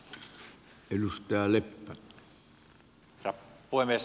herra puhemies